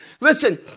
listen